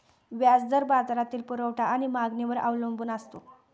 व्याज दर बाजारातील पुरवठा आणि मागणीवर अवलंबून असतो